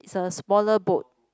it's a smaller boat